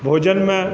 भोजनमे